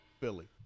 Philly